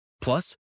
Plus